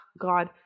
god